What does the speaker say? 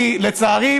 כי לצערי,